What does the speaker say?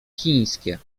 chińskie